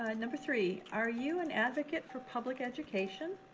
ah number three. are you an advocate for public education,